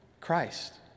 Christ